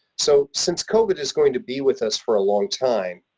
so, since covid is going to be with us for a long time,